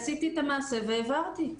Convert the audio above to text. עשיתי את המעשה והעברתי.